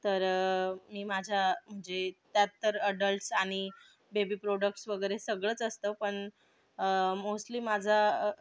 तर मी माझ्या म्हणजे त्यात तर अडल्ट्स आणि बेबी प्रोडक्ट्स वगैरे सगळंच असतं पण मोस्टली माझा